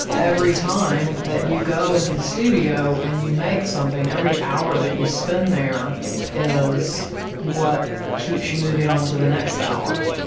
every time that you go into the studio and you make something, every hour that you spend there is what keeps you moving onto the next hour.